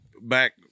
Back